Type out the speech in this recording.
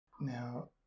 Now